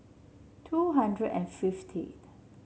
two hundred and fiftieth